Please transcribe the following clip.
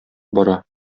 бара